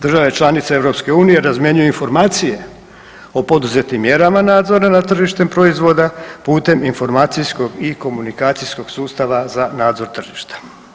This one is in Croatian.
Države članice EU razmjenjuju informacije o poduzetim mjerama nadzora nad tržištem proizvoda putem informacijskog i komunikacijskog sustava za nadzor tržišta.